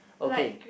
okay